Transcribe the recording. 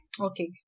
Okay